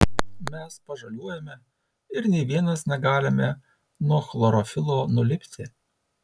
mes pažaliuojame ir nė vienas negalime nuo chlorofilo nulipti